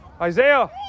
Isaiah